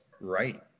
right